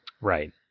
Right